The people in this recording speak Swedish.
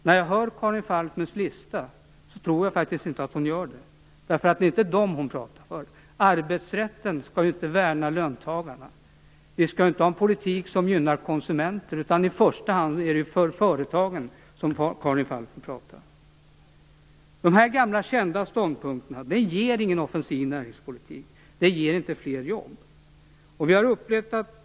När jag hör Karin Falkmers lista tror jag faktiskt inte att hon gör det - det är inte dem hon pratar för. Arbetsrätten skall inte värna löntagarna, och vi skall inte ha en politik som gynnar konsumenter; i första hand är det för företagen som Karin Falkmer talar. De här gamla kända ståndpunkterna ger ingen offensiv näringspolitik. De ger inte fler jobb.